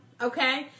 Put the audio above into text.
okay